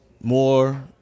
more –